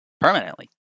permanently